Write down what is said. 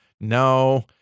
No